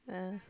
ah